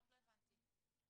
לא הבנתי.